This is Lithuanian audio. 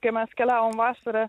kai mes keliavom vasarą